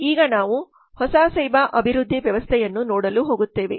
ಈಗ ನಾವು ಹೊಸ ಸೇವಾ ಅಭಿವೃದ್ಧಿ ವ್ಯವಸ್ಥೆಯನ್ನು ನೋಡಲು ಹೋಗುತ್ತೇವೆ